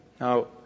Now